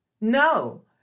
No